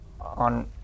on